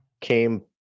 came